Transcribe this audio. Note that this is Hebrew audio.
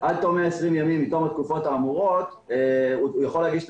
עד תום 120 מיום התקופות האמורות הוא יכול להגיש את